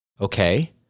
okay